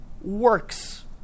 works